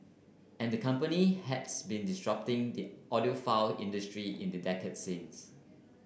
and the company has been disrupting the audiophile industry in the decade since